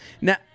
Now